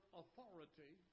authority